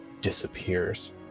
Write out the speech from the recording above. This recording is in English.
disappears